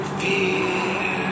fear